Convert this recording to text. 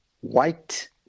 white